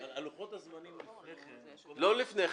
לוחות הזמנים לפני כן --- לא לפני כן.